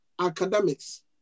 academics